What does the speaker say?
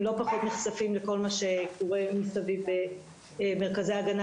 הם נחשפים לא פחות לכל מה שקורה מסביב במרכזי ההגנה,